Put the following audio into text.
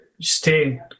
stay